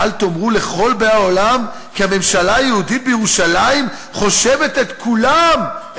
בל תאמרו לכל באי עולם כי הממשלה היהודית בירושלים חושבת את כולם,